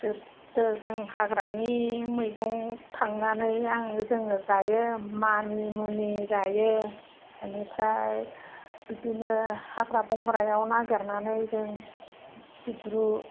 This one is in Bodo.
गोदों जों हाग्रानि मैगं खांनानै जोङो जायो मानिमुनि जायो बेनिफ्राय बिदिनो हाग्रा बंग्रायाव नागिरनानै जों सिब्रु